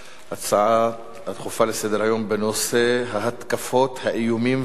הצעות דחופות לסדר-היום בנושא: ההתבטאויות